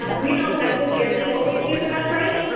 um we don't necessarily always use eventbrite,